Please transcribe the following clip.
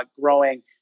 growing